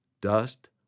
dust